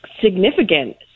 significant